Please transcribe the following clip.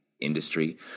industry